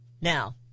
Now